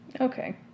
Okay